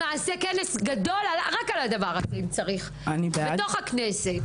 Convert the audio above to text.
נעשה כנס גדול בתוך הכנסת רק על הדבר הזה.